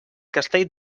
castell